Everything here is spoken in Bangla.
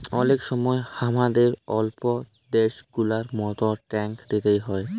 অলেক সময় হামাদের ওল্ল দ্যাশ গুলার মত ট্যাক্স দিতে হ্যয়